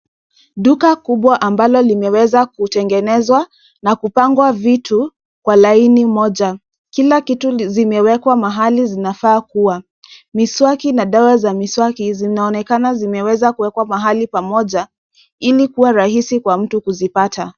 Duka kubwa ambalo limeweza kutengenezwa na kupangwa vitu kwa laini moja. Kila kitu zimewekwa mahali zinafaa kuwa. Miswaki na dawa za miswaki zinaonekana zimeweza kuwekwa mahali pamoja ili kuwa rahisi kwa mtu kuzipata.